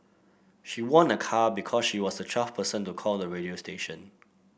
she won a car because she was the twelfth person to call the radio station